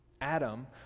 Adam